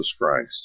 Christ